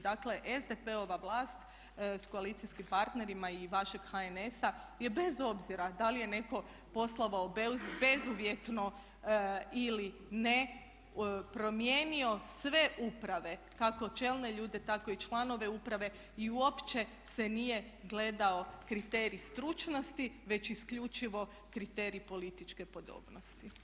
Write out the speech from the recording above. Dakle SDP-ova vlast sa koalicijskim partnerima i vašeg HNS-a je bez obzira da li je netko poslovao bezuvjetno ili ne promijenio sve uprave kako čelne ljude tako i članove uprave i uopće se nije gledao kriterij stručnosti već isključivo kriterij političke podobnosti.